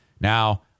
now